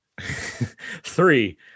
Three